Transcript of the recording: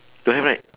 don't have right